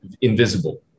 invisible